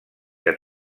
que